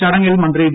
ചടങ്ങിൽ മന്ത്രി വി